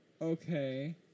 okay